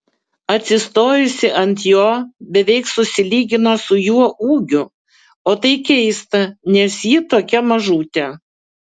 atsistojusi ant jo beveik susilygino su juo ūgiu o tai keista nes ji tokia mažutė